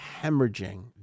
hemorrhaging